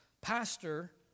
pastor